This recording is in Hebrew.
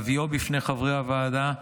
להביאו בפני חברי הוועדה,